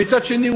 ומצד שני,